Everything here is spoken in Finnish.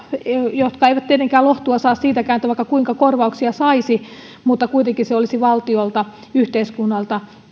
jotka eivät tietenkään lohtua saa siitäkään vaikka kuinka korvauksia saisivat mutta kuitenkin se olisi valtiolta yhteiskunnalta